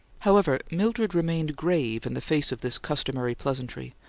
however, mildred remained grave in the face of this customary pleasantry,